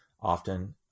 often